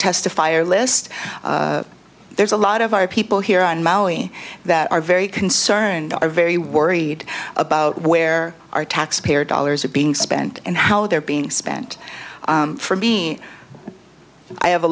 testifier list there's a lot of our people here on maui that are very concerned are very worried about where our taxpayer dollars are being spent and how they're being spent for being i have a